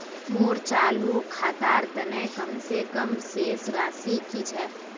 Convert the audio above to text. मोर चालू खातार तने कम से कम शेष राशि कि छे?